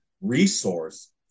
resource